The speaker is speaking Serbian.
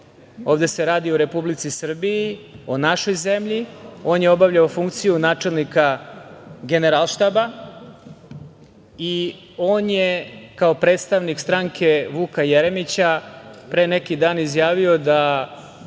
Ovde se radi o Republici Srbiji, o našoj zemlji, on je obavljao funkciju načelnika Generalštaba. On je, kao predstavnik stranke Vuka Jeremića pre neki dan izjavio da